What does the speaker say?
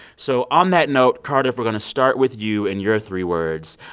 so on that note, cardiff, we're going to start with you and your three words,